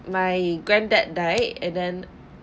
my granddad died and then